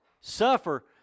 Suffer